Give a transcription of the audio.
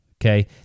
Okay